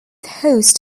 host